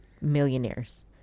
millionaires